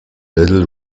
little